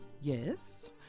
Yes